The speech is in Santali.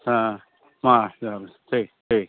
ᱦᱮᱸ ᱢᱟ ᱡᱚᱦᱟᱨ ᱜᱮ ᱴᱷᱤᱠ ᱴᱷᱤᱠ